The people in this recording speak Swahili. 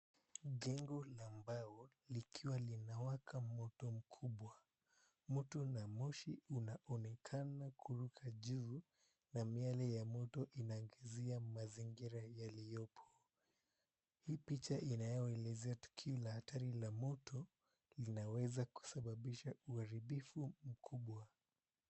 Jengo la mbao likiwa linawaka moto mkubwa. Moto na moshi unaonekana kuruka juu na miale ya moto inaangazia mazingira yaliyopo. Hii picha inayoelezea tukio la athari la moto inaweza kusababisha uharibifu mkubwa.